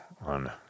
on